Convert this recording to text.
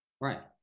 right